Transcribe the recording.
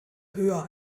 höher